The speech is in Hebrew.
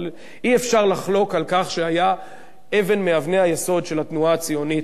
אבל אי-אפשר לחלוק על כך שהיה אבן מאבני היסוד של התנועה הציונית,